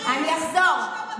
אני אחזור,